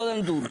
בוא נדון.